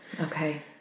Okay